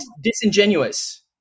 disingenuous